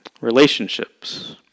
relationships